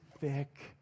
thick